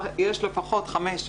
יש לפחות חמש,